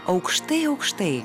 aukštai aukštai